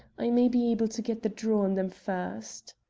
i may be able to get the draw on them first.